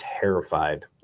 terrified